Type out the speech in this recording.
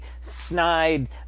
snide